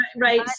right